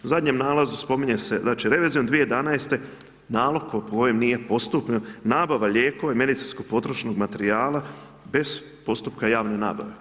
U zadnjem nalazu spominje se, znači, revizijom 2011. nalog po kojem nije postupljeno, nabava lijekova i medicinskog potrošnog materijala, bez postupka javne nabave.